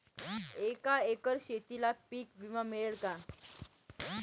एका एकर शेतीला पीक विमा मिळेल का?